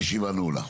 הישיבה נעולה.